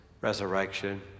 resurrection